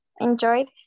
enjoyed